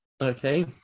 Okay